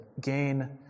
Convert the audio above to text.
gain